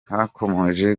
hakomeje